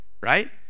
right